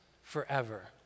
forever